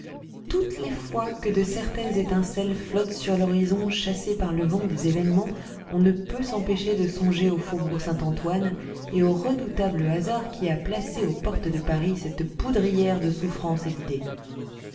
toutes les fois que de certaines étincelles flottent sur l'horizon chassées par le vent des événements on ne peut s'empêcher de songer au faubourg saint-antoine et au redoutable hasard qui a placé aux portes de paris cette poudrière de souffrances et d'idées